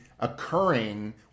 occurring